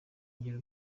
ngira